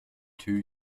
two